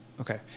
Okay